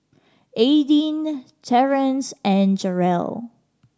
Aydin Terrance and Jerel